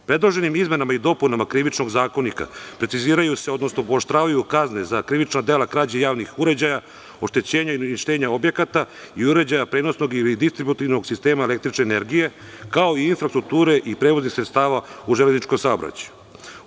Predloženim izmenama i dopunama KZ preciziraju se, odnosno pooštravaju kazne za krivična dela krađe javnih uređaja, oštećenja ili uništenja objekata i uređaja prenosnog ili distributivnog sistema električne energije, kao i infrastrukture i prevoznih sredstava u železničkom saobraćaju.